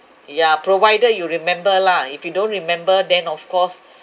ya provided you remember lah if you don't remember then of course